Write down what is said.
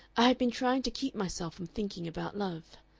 i have been trying to keep myself from thinking about love.